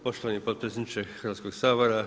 Poštovani potpredsjedniče Hrvatskog sabora.